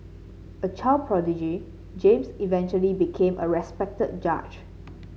a child prodigy James eventually became a respected judge